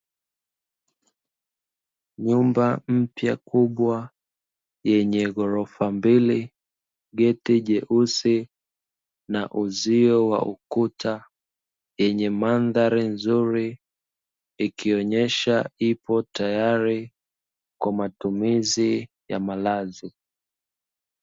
Nyumba mpya kubwa yenye ghorofa mbili, geti jeusi na uzio wa ukuta; yenye mandhari nzuri, ikionyesha ipo tayari kwa matumizi ya malazi.